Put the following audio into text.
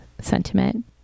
sentiment